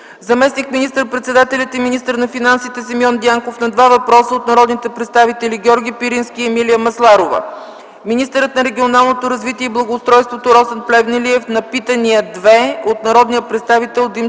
заместник министър-председателят и министър на финансите Симеон Дянков – на два въпроса от народните представители Георги Пирински и Емилия Масларова; - министърът на регионалното развитие и благоустройството Росен Плевнелиев - на две питания от народния представител Димчо